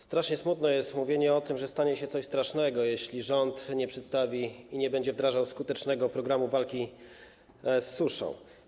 Strasznie smutne jest mówienie o tym, że stanie się coś strasznego, jeśli rząd nie przedstawi i nie będzie wdrażał skutecznego programu walki z suszą.